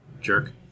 Jerk